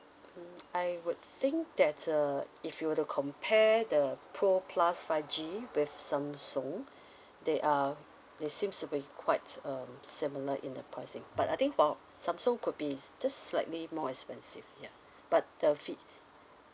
mm I would think that's uh if you were to compare the pro plus five G with samsung they are they seems to be quite um similar in the pricing but I think for samsung could be just slightly more expensive yup but the fe~